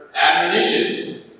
Admonition